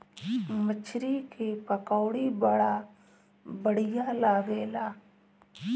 मछरी के पकौड़ी बड़ा बढ़िया लागेला